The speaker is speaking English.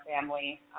family